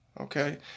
Okay